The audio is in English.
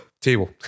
table